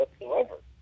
whatsoever